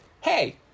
Hey